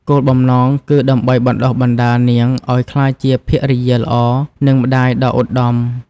គោលបំណងគឺដើម្បីបណ្តុះបណ្តាលនាងឱ្យក្លាយជា ភរិយាល្អ និង ម្តាយដ៏ឧត្តម។